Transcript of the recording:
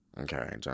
Okay